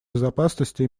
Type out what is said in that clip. безопасности